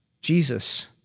Jesus